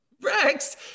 Rex